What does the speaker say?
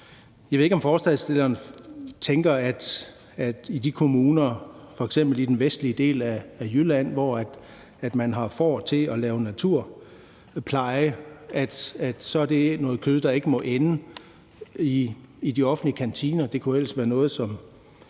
Jeg ved ikke, om forslagsstilleren tænker, at i de kommuner, f.eks. i den vestlige del af Jylland, hvor man har får til at lave naturpleje, er det noget kød, der ikke må ende i de offentlige kantiner. Det kunne ellers være noget, som